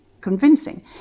convincing